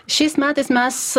šiais metais mes